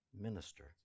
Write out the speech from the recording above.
minister